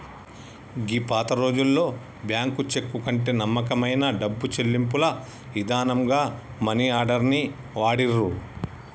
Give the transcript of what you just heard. గీ పాతరోజుల్లో bank cheque కంటే నమ్మకమైన డబ్బు చెల్లింపుల ఇదానంగా మనీ ఆర్డర్ ని వాడిర్రు